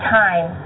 time